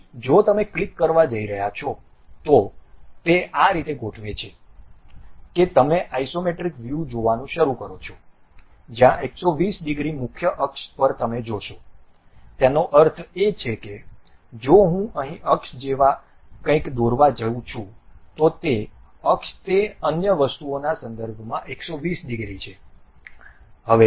તેથી જો તમે ક્લિક કરવા જઇ રહ્યા છો તો તે આ રીતે ગોઠવે છે કે તમે આઇસોમેટ્રિક વ્યૂ જોવાનું શરૂ કરો છો જ્યાં 120 ડિગ્રી મુખ્ય અક્ષ પર તમે જોશો તેનો અર્થ એ કે જો હું અહીં અક્ષ જેવા કંઈક દોરવા જાઉં છું તો તે અક્ષ તે અન્ય વસ્તુઓના સંદર્ભમાં 120 ડિગ્રી છે